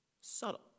subtle